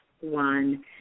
one